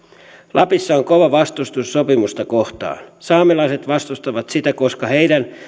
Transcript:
lapissa on kova vastustus sopimusta kohtaan saamelaiset vastustavat sitä koska heidän